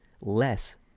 less